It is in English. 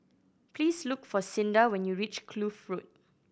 please look for Cinda when you reach Kloof Road